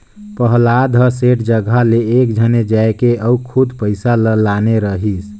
पहलाद ह सेठ जघा ले एकेझन जायके अपन खुद पइसा ल लाने रहिस